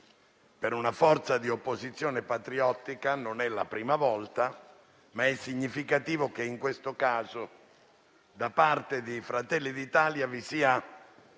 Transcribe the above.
per una forza di opposizione patriottica non è la prima volta, ma è significativo che, in questo caso, da parte dei Fratelli d'Italia vi sia